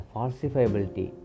Falsifiability